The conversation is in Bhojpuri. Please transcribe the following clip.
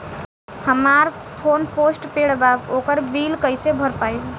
हमार फोन पोस्ट पेंड़ बा ओकर बिल कईसे भर पाएम?